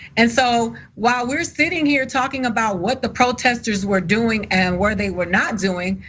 and so, while we're sitting here talking about, what the protesters were doing and where they were not doing?